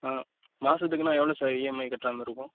ஆ மாதத்துக்குன்னா எவ்வளோ sir EMI கட்டுறா மாதிரி இருக்கும்